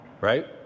Right